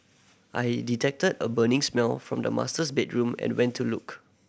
I detected a burning smell from the masters bedroom and went to look